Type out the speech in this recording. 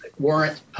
warrant